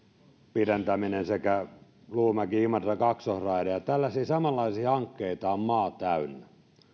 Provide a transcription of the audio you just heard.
pidentäminen sekä luumäki imatra kaksoisraide ja tällaisia samanlaisia hankkeita on maa täynnä